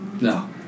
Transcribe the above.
No